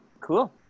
Cool